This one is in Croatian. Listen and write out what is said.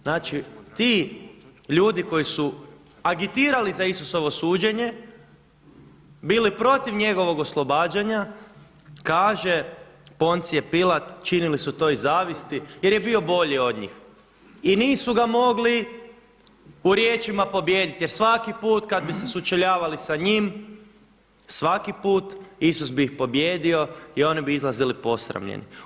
Znači ti ljudi koji su agitirali za Isusovo suđenje bili protiv njegovog oslobađanja, kaže Poncije Pilat činili su to iz zavisti jer je bio bolji od njih i nisu ga mogli u riječima pobijediti jer svaki put kad bi se sučeljavali sa njim, svaki put Isus bi ih pobijedio i oni bi izlazili posramljeni.